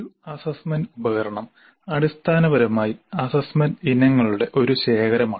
ഒരു അസ്സസ്സ്മെന്റ് ഉപകരണം അടിസ്ഥാനപരമായി അസ്സസ്സ്മെന്റ് ഇനങ്ങളുടെ ഒരു ശേഖരമാണ്